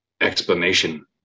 explanation